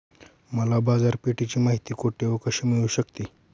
मला बाजारपेठेची माहिती कुठे व कशी मिळू शकते?